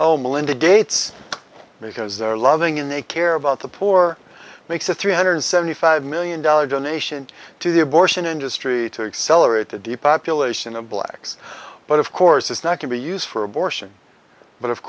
oh melinda gates because they're loving him they care about the poor makes a three hundred seventy five million dollars donation to the abortion industry to accelerate the dea population of blacks but of course it's not to be used for abortion but of